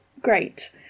great